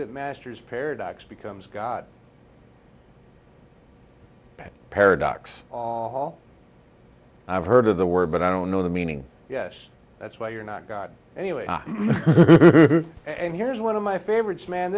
the masters paradox becomes god paradox all i've heard of the word but i don't know the meaning yes that's why you're not god anyway and here's one of my favorites man